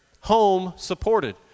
home-supported